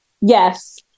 Yes